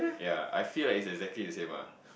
ya I feel like it's exactly the same ah